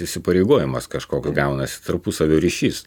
įsipareigojimas kažkoks gaunasi tarpusavio ryšys